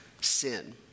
sin